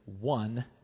one